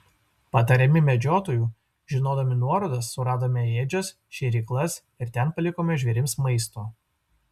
patariami medžiotojų žinodami nuorodas suradome ėdžias šėryklas ir ten palikome žvėrims maisto